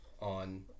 on